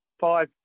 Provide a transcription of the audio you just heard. five